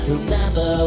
Remember